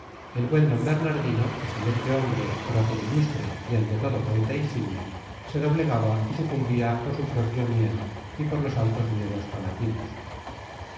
el buen d bernardino excelente hombre prócer ilustre y ante todo poeta insigne se doblegaba y sucumbía por su propio miedo y por los altos miedos palatinos